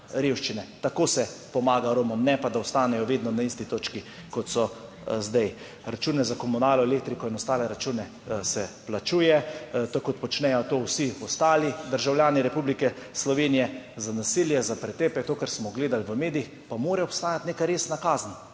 Tako se pomaga Romom. Ne pa da ostanejo vedno na isti točki, kot so zdaj. Račune za komunalo, elektriko in ostale račune se plačuje, tako kot počnejo to vsi ostali državljani Republike Slovenije. Za nasilje, za pretepe, to, kar smo gledali v medijih, pa mora obstajati neka resna kazen.